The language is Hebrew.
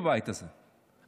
בבית הזה,